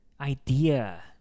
idea